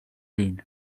din